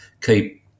keep